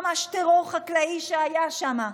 ממש טרור חקלאי שהיה שם.